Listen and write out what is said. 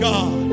God